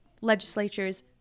Legislatures